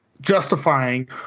justifying